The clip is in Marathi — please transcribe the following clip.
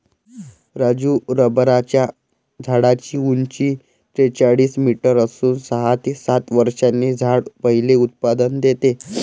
राजू रबराच्या झाडाची उंची त्रेचाळीस मीटर असून सहा ते सात वर्षांनी झाड पहिले उत्पादन देते